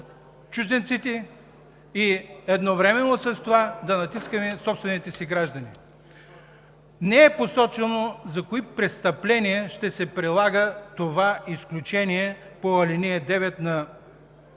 чужденците и едновременно с това да натискаме собствените си граждани. Не е посочено за кои престъпления ще се прилага това изключение по ал. 9 на